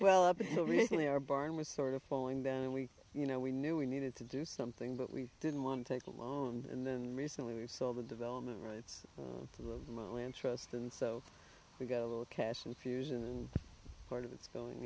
well up until recently our barn was sort of falling down and we you know we knew we needed to do something but we didn't want to take a loan and then recently we've sold the development rights to the muslim trust and so we got a little cash infusion and part of it's going